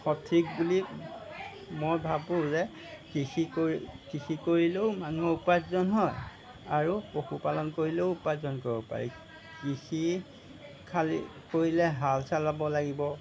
সঠিক বুলি মই ভাবোঁ যে কৃষি কৰি কৃষি কৰিলেও মানুহৰ উপাৰ্জন হয় আৰু পশুপালন কৰিলেও উপাৰ্জন কৰিব পাৰি কৃষি খালি কৰিলে হাল চাল বাব লাগিব